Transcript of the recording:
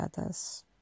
others